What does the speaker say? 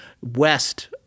west